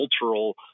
cultural